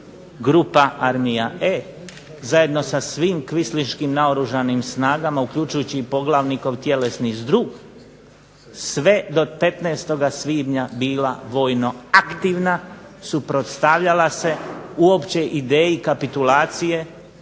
grupa, armija E zajedno sa svim kvislinškim naoružanim snagama uključujući i poglavnikom tjelesni zdrug sve do 15. svibnja bila vojno aktivna, suprotstavljala se uopće ideji kapitulacije